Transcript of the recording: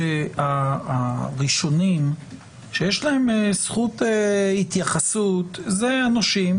שהראשונים שיש להם זכות התייחסות זה הנושים,